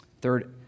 Third